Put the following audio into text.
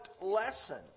lesson